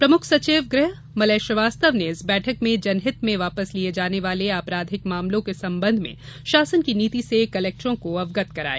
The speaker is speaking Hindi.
प्रमुख सचिव गृह मलय श्रीवास्तव ने इस बैठक में जनहित में वापस लिये जाने वाले आपराधिक मामलों के संबंध में शासन की नीति से कलेक्टरों को अवगत कराया